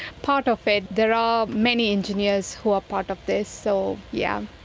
part of it. there are many engineers who are part of this, so yeah,